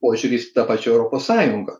požiūris į tą pačią europos sąjungą